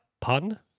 pun